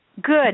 Good